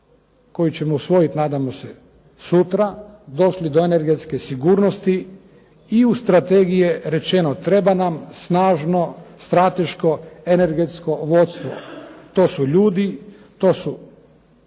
koju ćemo usvojiti nadamo se sutra, došli do energetske sigurnosti i uz strategije rečeno treba nam snažno strateško energetsko vodstvo. To su ljudi, to su